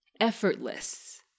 effortless